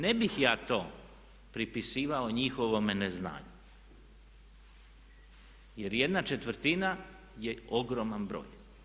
Ne bih ja to pripisivao njihovome neznanju jer jedna četvrtina je ogroman broj.